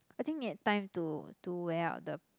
I think need time to to wear out the